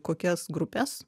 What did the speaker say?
kokias grupes